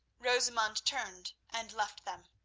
rosamund turned and left them.